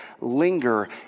linger